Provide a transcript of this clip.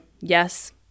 yes